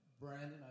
Brandon